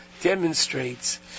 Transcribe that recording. demonstrates